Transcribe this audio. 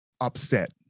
upset